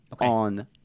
on